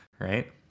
right